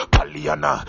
Paliana